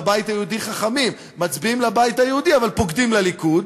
בבית היהודי חכמים: מצביעים לבית היהודי אבל פוקדים לליכוד,